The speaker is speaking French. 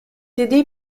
aidé